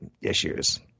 issues